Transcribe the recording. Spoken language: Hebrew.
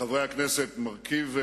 חברי הכנסת, מרכיב,